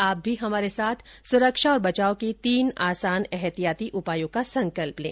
आप भी हमारे साथ सुरक्षा और बचाव के तीन आसान एहतियाती उपायों का संकल्प लें